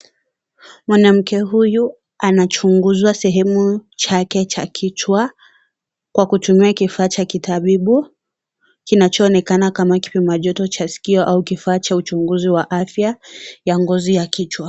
Mwanamke huyu anachunguzwa sehemu chake cha kichwa Kwa kutumia kifaa cha kitabibu kinachoonekana kama Kipima joto cha skio au kifaa cha uchunguzi wa afya ya ngozi ya kichwa.